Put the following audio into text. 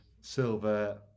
silver